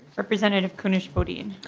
representative kunesh-podein